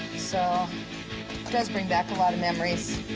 so, it does bring back a lot of memories.